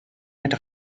mit